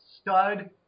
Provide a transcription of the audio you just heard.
stud